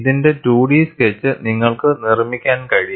ഇതിന്റെ 2D sketch നിങ്ങൾക്ക് നിർമ്മിക്കാൻ കഴിയും